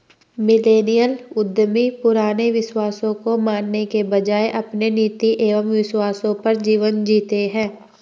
millennial उद्यमी पुराने विश्वासों को मानने के बजाय अपने नीति एंव विश्वासों पर जीवन जीते हैं